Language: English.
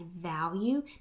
value